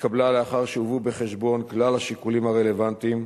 התקבלה לאחר שהובאו בחשבון כלל השיקולים הרלוונטיים,